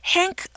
Hank